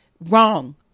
wrong